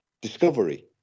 discovery